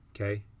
Okay